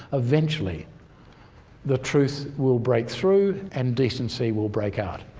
eventually the truth will break through and decency will break out,